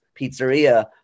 pizzeria